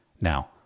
Now